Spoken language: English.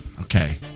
okay-